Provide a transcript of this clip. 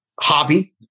hobby